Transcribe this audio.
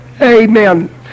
Amen